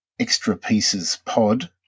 extrapiecespod